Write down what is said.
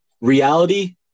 reality